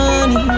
Money